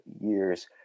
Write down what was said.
years